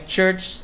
Church